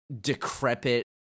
decrepit